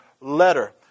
letter